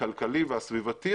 הכלכלי והסביבתי,